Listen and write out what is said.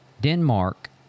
Denmark